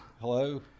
Hello